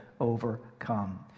overcome